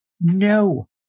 No